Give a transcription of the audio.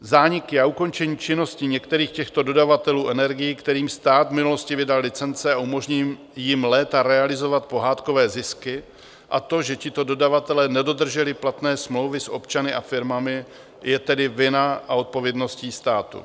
Zániky a ukončení činnosti některých těchto dodavatelů energií, kterým stát v minulosti vydal licence a umožnil jim léta realizovat pohádkové zisky, a to, že tito dodavatelé nedodrželi platné smlouvy s občany a firmami, je tedy vina a odpovědností státu.